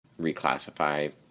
reclassify